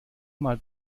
mal